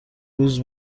روز